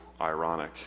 Ironic